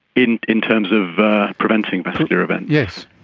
in in terms of preventing vascular events? yes.